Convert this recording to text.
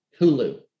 Hulu